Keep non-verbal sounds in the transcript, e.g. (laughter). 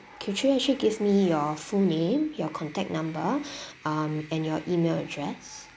could you actually give me your full name your contact number (breath) um and your email address